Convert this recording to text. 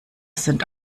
sind